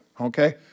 okay